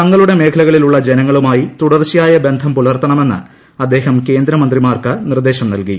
തങ്ങളുടെ മേഖലകളിലുള്ള ജനങ്ങളുമായി തുടർച്ചയായ ബന്ധം പുലർത്തണമെന്ന് അദ്ദേഹം കേന്ദ്രമന്ത്രിമാർക്ക് നിർദ്ദേശം നൽകി